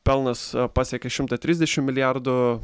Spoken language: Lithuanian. pelnas pasiekė šimtą trisdešim milijardų